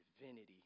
divinity